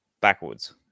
backwards